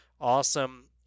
awesome